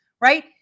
right